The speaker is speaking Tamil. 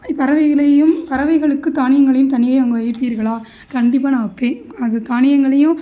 பறவைகளையும் பறவைகளுக்கு தானியங்களையும் தண்ணியையும் அங்கே வைப்பீர்களா கண்டிப்பாக நான் வைப்பேன் அது தானியங்களையும்